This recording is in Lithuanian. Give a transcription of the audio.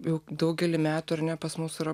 jau daugelį metų ar ne pas mus yra